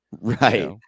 right